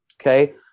okay